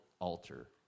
altar